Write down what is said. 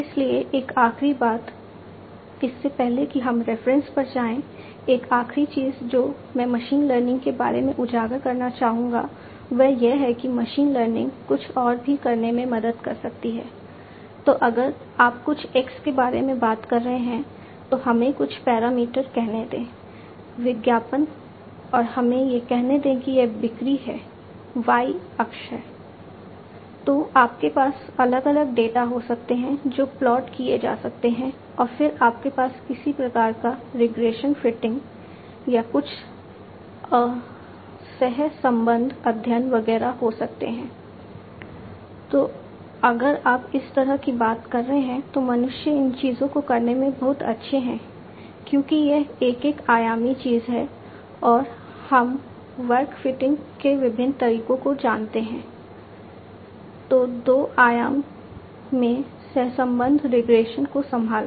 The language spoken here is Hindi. इसलिए एक आखिरी बात इससे पहले कि हम रेफरेंसेस को संभालना